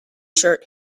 shirt